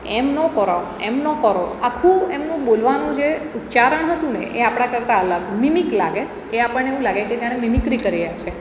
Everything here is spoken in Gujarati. એમનો કરો એમનો કરો આખું એમનું બોલવાનું જે ઉચ્ચારણ હતું ને એ આપણા કરતાં અલગ મિમિક લાગે કે આપણને એવું લાગે કે જાણે મિમિક્રી કરી એમ છે